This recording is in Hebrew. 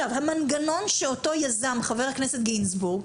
המנגנון שאותו יזם חבר הכנסת גינזבורג,